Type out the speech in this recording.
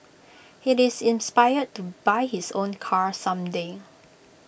he is inspired to buy his own car some day